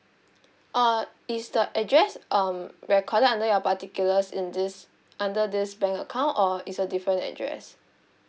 uh is the address um recorded under your particulars in this under this bank account or is a different address